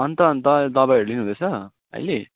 अन्त अन्त दवाईहरू लिनु हुदैँछ अहिले